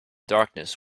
darkness